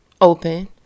open